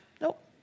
Nope